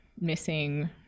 missing